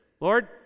Lord